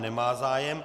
Nemá zájem.